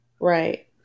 right